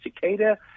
cicada